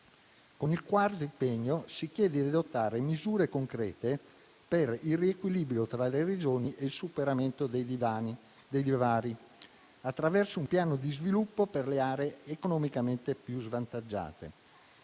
Con il quarto impegno si chiede di adottare misure concrete per il riequilibrio tra le Regioni e il superamento dei divari, attraverso un piano di sviluppo per le aree economicamente più svantaggiate.